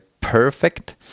perfect